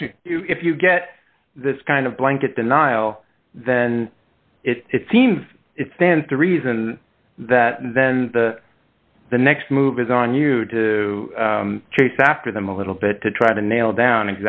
actually if you get this kind of blanket the nile then it seems it stands to reason that then the the next move is on you to chase after them a little bit to try to nail down